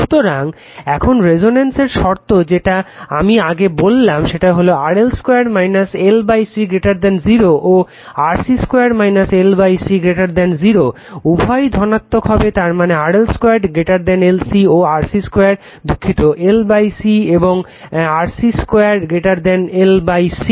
সুতরাং এখন রেজোন্যান্সের শর্ত যেটা আমি আগে বললাম সেটা হলো RL 2 L C 0 ও RC 2 L C 0 উভয়েই ধনাত্মক হতে হবে তার মানে RL 2 LC ও RC 2 দুঃখিত L C এবং RC 2 L C